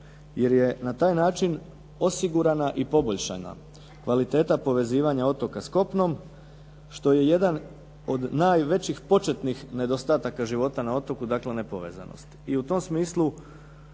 jer je na taj način osigurana i poboljšana kvaliteta povezivanja otoka s kopnom što je jedan od najvećih početnih nedostataka života na otoku, dakle nepovezanost.